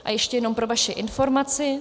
A ještě jenom pro vaši informaci.